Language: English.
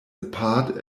apart